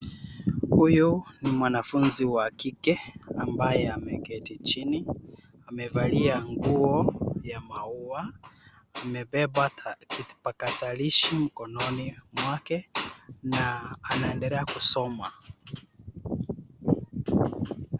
Huyu ni mwanafunzi wa kike ambaye ameketi chini, amevalia nguo ya maua, amebeba kipakatalishi mkononi mwake na anaendelea kusoma.